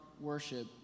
worship